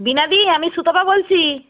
বীণা দি আমি সুতপা বলছি